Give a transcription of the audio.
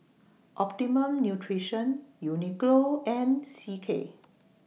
Optimum Nutrition Uniqlo and C K